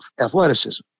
athleticism